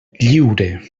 lliure